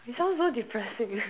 you sound so depressing